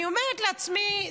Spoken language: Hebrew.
אני אומרת לעצמי,